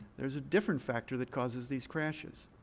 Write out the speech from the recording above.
there's a different factor that causes these crashes.